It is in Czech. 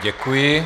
Děkuji.